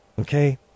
Okay